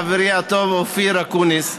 חברי הטוב אופיר אקוניס,